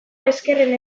ezkerren